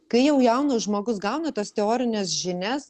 kai jau jaunas žmogus gauna tas teorines žinias